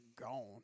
gone